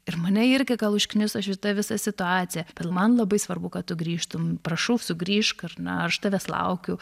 ir mane irgi gal užkniso šita visa situacija bet man labai svarbu kad tu grįžtum prašau sugrįžk ar ne aš tavęs laukiu